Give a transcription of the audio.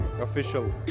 official